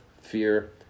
fear